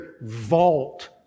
vault